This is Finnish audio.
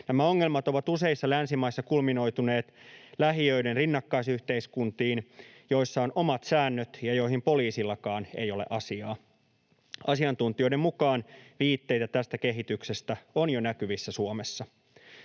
Nämä ongelmat ovat useissa länsimaissa kulminoituneet lähiöiden rinnakkaisyhteiskuntiin, joissa on omat säännöt ja joihin poliisillakaan ei ole asiaa. Asiantuntijoiden mukaan viitteitä tästä kehityksestä on jo näkyvissä Suomessa.